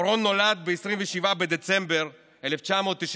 אורון נולד ב-27 בדצמבר 1993,